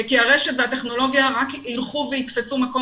כי הרשת והטכנולוגיה רק ילכו ויתפסו מקום